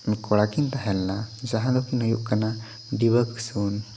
ᱠᱚᱲᱟ ᱠᱤᱱ ᱛᱟᱦᱮᱸ ᱞᱮᱱᱟ ᱡᱟᱦᱟᱸ ᱫᱚᱠᱤᱱ ᱦᱩᱭᱩᱜ ᱠᱟᱱᱟ ᱰᱤᱵᱟᱹ ᱠᱤᱥᱩᱱ